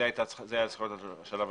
זה היה צריך להיות השלב השני.